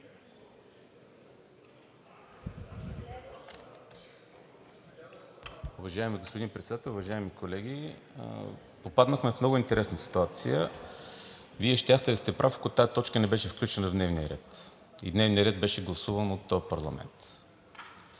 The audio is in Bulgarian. Вие щяхте да сте прав, ако тази точка не беше включена в дневния ред и дневният ред не беше гласуван от този парламент.